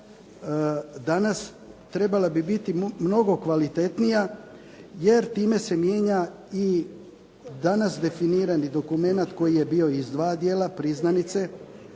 danas trebala bi biti mnogo kvalitetnija jer time se mijenja i danas definirani dokumenat koji je bio iz dva dijela priznanice